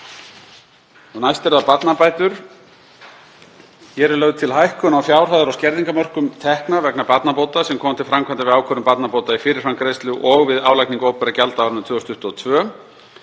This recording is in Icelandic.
Næst eru það barnabætur. Hér er lögð til hækkun á fjárhæðar- og skerðingarmörkum tekna vegna barnabóta sem koma til framkvæmda við ákvörðun barnabóta í fyrirframgreiðslu og við álagningu opinberra gjalda á árinu 2022.